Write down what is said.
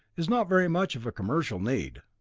is not very much of a commercial need.